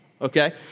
Okay